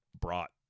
brought